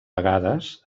vegades